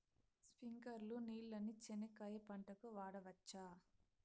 స్ప్రింక్లర్లు నీళ్ళని చెనక్కాయ పంట కు వాడవచ్చా?